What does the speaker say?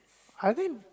I think